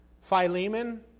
Philemon